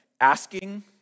asking